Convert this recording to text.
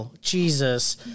Jesus